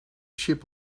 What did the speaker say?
ship